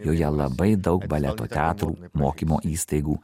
joje labai daug baleto teatrų mokymo įstaigų